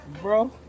Bro